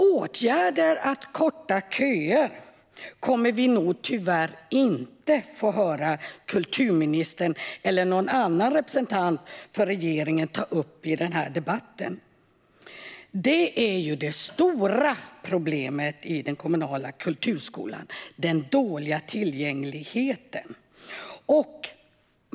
Åtgärder för att korta köer kommer vi nog tyvärr inte att få höra kulturministern eller någon annan representant för regeringen ta upp i debatten. Det stora problemet med den kommunala kulturskolan är ju den dåliga tillgängligheten.